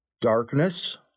darkness